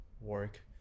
work